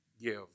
give